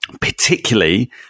particularly